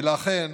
ולכן,